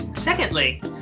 Secondly